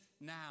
now